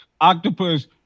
octopus